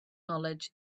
knowledge